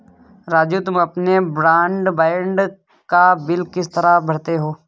राजू तुम अपने ब्रॉडबैंड का बिल किस तरह भरते हो